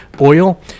oil